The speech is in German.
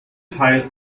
teil